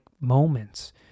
moments